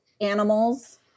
animals